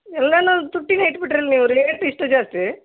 ಎಲ್ಲೆಲ್ಲೋ ತುಟ್ಟಿಗೆ ಹಾಕ್ಬಿಟ್ರ್ಯಲ್ಲ ನೀವು ರೇಟ್ ಇಷ್ಟು ಜಾಸ್ತಿ